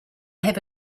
have